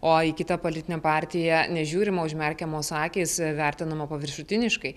o į kitą politinę partiją nežiūrima užmerkiamos akys vertinama paviršutiniškai